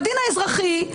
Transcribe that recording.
בדין האזרחי,